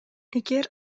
эгер